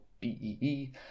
BEE